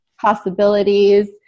possibilities